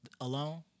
alone